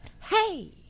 Hey